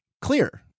clear